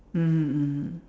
mmhmm mmhmm